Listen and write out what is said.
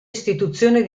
istituzioni